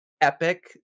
epic